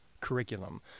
curriculum